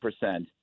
percent